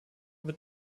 wird